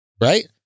right